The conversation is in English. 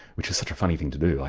which is such a funny thing to do.